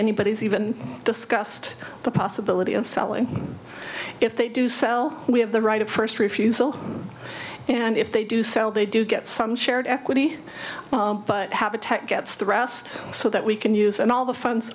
anybody's even discussed the possibility of selling if they do sell we have the right of first refusal and if they do so they do get some shared equity but habitat gets the rest so that we can use and all the funds